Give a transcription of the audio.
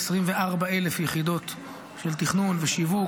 24,000 יחידות של תכנון ושיווק,